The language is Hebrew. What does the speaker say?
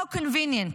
How convenient,